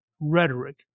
rhetoric